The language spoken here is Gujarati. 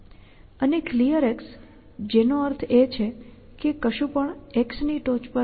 અને Clear જેનો અર્થ એ છે કે કશું પણ X ની ટોચ પર નથી